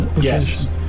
Yes